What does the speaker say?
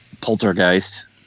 Poltergeist